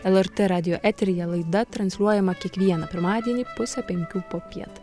lrt radijo eteryje laida transliuojama kiekvieną pirmadienį pusę penkių popiet